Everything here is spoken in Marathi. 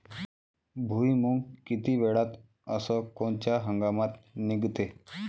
भुईमुंग किती वेळात अस कोनच्या हंगामात निगते?